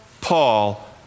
Paul